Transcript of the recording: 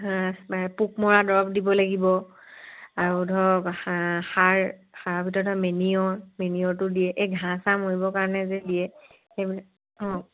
পোক মৰা দৰৱ দিব লাগিব আৰু ধৰক সা সাৰ সাৰৰ ভিতৰত মেনিঅ মেনিঅৰটো দিয়ে এই ঘাঁহ চাঁহ মৰিবৰ কাৰণে যে দিয়ে এইবিলাক অ'